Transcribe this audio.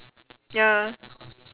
ya